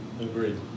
agreed